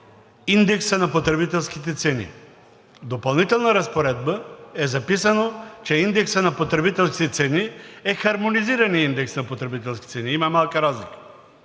индексът на потребителските цени. В допълнителна разпоредба е записано, че индексът на потребителски цени е хармонизираният индекс на потребителски цени. Има малка разлика.